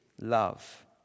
love